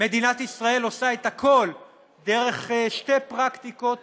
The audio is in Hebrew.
מדינת ישראל עושה את הכול, דרך שתי פרקטיקות